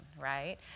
right